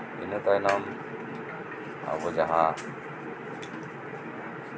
ᱤᱱᱟᱹ ᱛᱟᱭᱱᱚᱢ ᱟᱵᱚ ᱡᱟᱦᱟᱸ